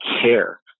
care